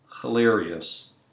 hilarious